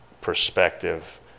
perspective